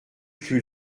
plus